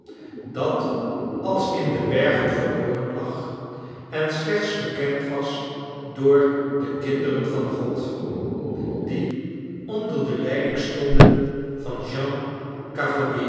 dat als in de bergen verloren lag en slechts bekend was door de kinderen van god die onder de leiding stonden van jean